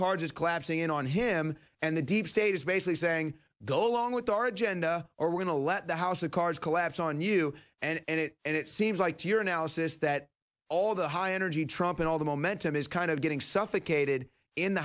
cards is collapsing in on him and the deep state is basically saying go along with our agenda or when to let the house of cards collapse on you and it and it seems like your analysis that all the high energy trump and all the momentum is kind of getting suffocated in the